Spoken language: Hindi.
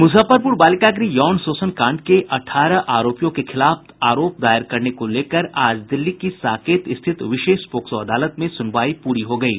मुजफ्फरपुर बालिका गृह यौन शोषण कांड के अठारह आरोपियों के खिलाफ आरोप दायर करने को लेकर आज दिल्ली की साकेत स्थित विशेष पोक्सो अदालत में सुनवाई पूरी हो गयी